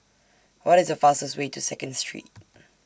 What IS The fastest Way to Second Street